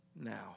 now